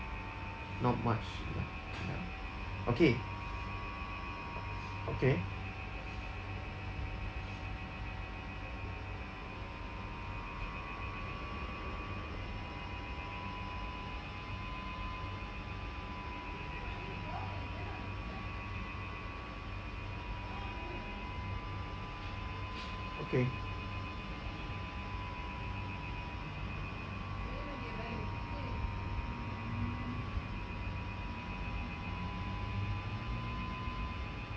not much lah ya okay okay okay